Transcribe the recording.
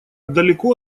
далеко